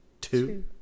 two